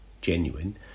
genuine